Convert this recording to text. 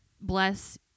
bless